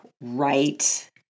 right